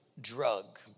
drug